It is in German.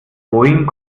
boeing